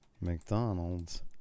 McDonald's